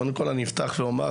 קודם כל אני אפתח ואומר,